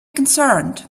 concerned